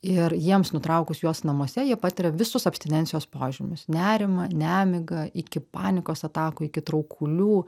ir jiems nutraukus juos namuose jie patiria visus abstinencijos požymius nerimą nemigą iki panikos atakų iki traukulių